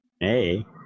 Hey